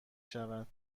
شود